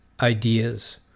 ideas